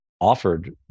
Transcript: offered